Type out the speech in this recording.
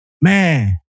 Man